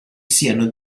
siano